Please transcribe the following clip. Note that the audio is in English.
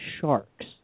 sharks